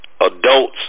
Adult's